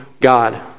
God